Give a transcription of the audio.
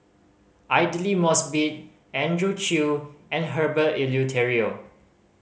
Aidli Mosbit Andrew Chew and Herbert Eleuterio